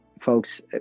folks